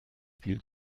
viel